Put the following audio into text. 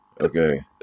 Okay